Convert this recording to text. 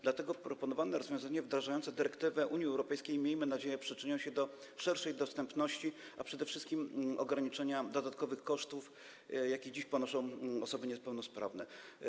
Dlatego proponowane rozwiązania wdrażające dyrektywę Unii Europejskiej - miejmy nadzieję - przyczynią się do szerszej dostępności, a przede wszystkim ograniczenia dodatkowych kosztów, jakie dziś ponoszą osoby niepełnosprawne.